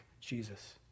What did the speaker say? Jesus